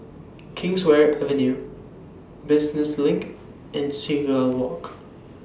Kingswear Avenue Business LINK and Seagull Walk